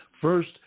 First